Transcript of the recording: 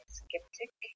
skeptic